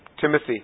Timothy